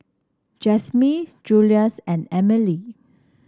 Jasmyn Julious and Emily